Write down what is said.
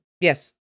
Yes